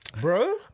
Bro